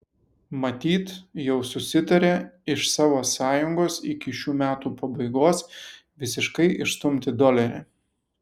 matyt jau susitarė iš savo sąjungos iki šių metų pabaigos visiškai išstumti dolerį